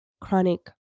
chronic